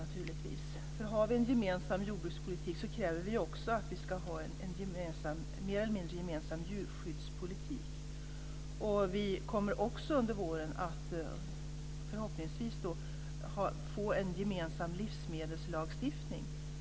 Har vi en gemensam jordbrukspolitik kräver vi också att vi ska ha en mer eller mindre gemensam djurskyddspolitik. Vi kommer också förhoppningsvis under våren att få en gemensam livsmedelslagstiftning.